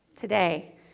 today